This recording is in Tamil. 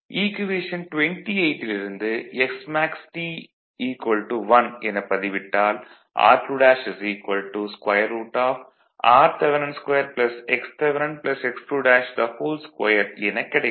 ஈக்குவேஷன் 28ல் இருந்து smaxT 1 எனப் பதிவிட்டால் r2 √rth2 xth x22 எனக் கிடைக்கும்